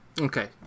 Okay